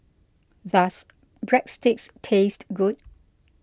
does Breadsticks taste good